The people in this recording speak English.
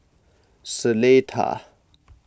Seletar